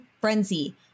frenzy